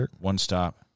one-stop